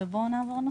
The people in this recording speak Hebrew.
בואו נעבור נושא.